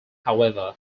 however